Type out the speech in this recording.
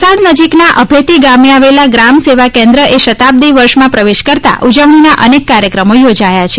વલસાડ નજીક આવેલા અભેતી ગામે આવેલા ગ્રામ સેવા કેન્દ્ર એ શતાબ્દી વર્ષમાં પ્રવેશ કરતા ઉજવણીના અનેક કાર્યક્રમ યોજાયા છે